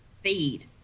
feed